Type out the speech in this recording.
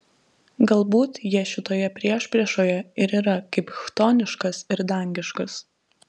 galbūt jie šitoje priešpriešoje ir yra kaip chtoniškas ir dangiškas